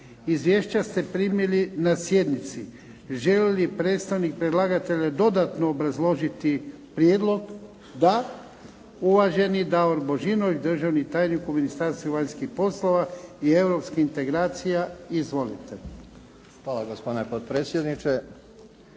Izvješća ste primili na sjednici. Želi li predstavnik predlagatelja dodatno obrazložiti prijedlog? Da. Uvaženi Davor Božinović, državni tajnik u Ministarstvu vanjskih poslova i europskih integracija. Izvolite. **Božinović, Davor** Hvala gospodine potpredsjedniče,